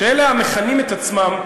שאלה המכנים את עצמם,